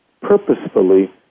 purposefully